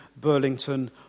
Burlington